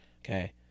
okay